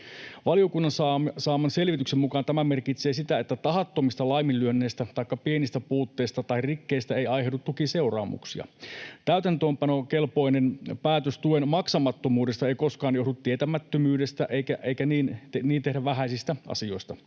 Valiokunnan saaman selvityksen mukaan tämä merkitsee sitä, että tahattomista laiminlyönneistä taikka pienistä puutteista tai rikkeistä ei aiheudu tukiseuraamuksia. Täytäntöönpanokelpoinen päätös tuen maksamattomuudesta ei koskaan johdu tietämättömyydestä, eikä niin tehdä vähäisistä asioista.